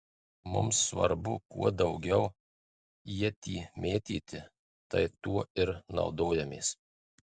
mums svarbu kuo daugiau ietį mėtyti tai tuo ir naudojamės